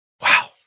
Wow